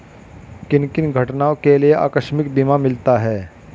किन किन घटनाओं के लिए आकस्मिक बीमा मिलता है?